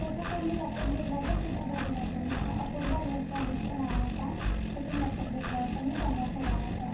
तसा तो मी लॅपटाॅप घेतला होता सीताबर्डीमधून अपूर्वा इलेक्ट्रॉनिक्सचं नाव होता तिथून लॅपटाॅप घेतला होता मी पन्नास हजाराचा